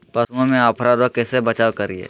पशुओं में अफारा रोग से कैसे बचाव करिये?